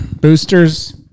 boosters